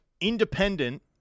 Independent